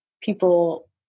people